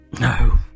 No